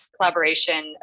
collaboration